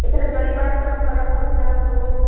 ଏଥିରେ ଚଲି ପାରୁଛ ଘର ଖର୍ଚ ସବୁ